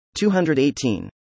218